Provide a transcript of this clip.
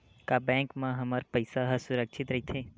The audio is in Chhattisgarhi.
का बैंक म हमर पईसा ह सुरक्षित राइथे?